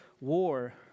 war